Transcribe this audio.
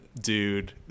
dude